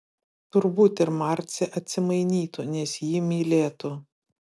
turbūt ir marcė atsimainytų nes jį mylėtų